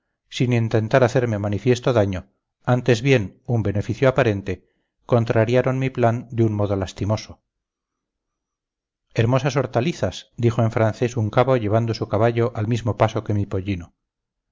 sin intentar hacerme manifiesto daño antes bien un beneficio aparente contrariaron mi plan de un modo lastimoso hermosas hortalizas dijo en francés un cabo llevando su caballo al mismo paso que mi pollino